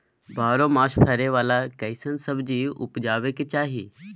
बारहो मास फरै बाला कैसन सब्जी उपजैब के चाही?